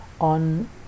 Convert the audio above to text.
on